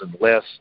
less